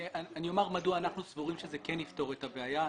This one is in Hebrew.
אני אומר מדוע אנחנו סבורים שזה כן יפתור את הבעיה.